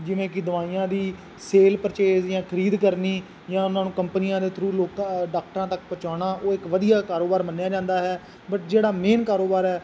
ਜਿਵੇਂ ਕਿ ਦਵਾਈਆਂ ਦੀ ਸੇਲ ਪਰਚੇਜ ਜਾਂ ਖਰੀਦ ਕਰਨੀ ਜਾਂ ਉਹਨਾਂ ਨੂੰ ਕੰਪਨੀਆਂ ਦੇ ਥਰੂ ਲੋਕਾਂ ਡਾਕਟਰਾਂ ਤੱਕ ਪਹੁੰਚਾਉਣਾ ਉਹ ਇੱਕ ਵਧੀਆ ਕਾਰੋਬਾਰ ਮੰਨਿਆ ਜਾਂਦਾ ਹੈ ਬਟ ਜਿਹੜਾ ਮੇਨ ਕਾਰੋਬਾਰ ਹੈ